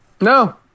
No